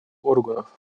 органов